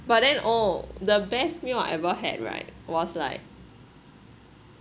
but then oh the best meal I've ever had right was like